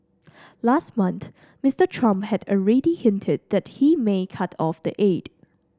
last month Mister Trump had already hinted that he may cut off the aid